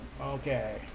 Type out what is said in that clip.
Okay